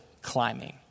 climbing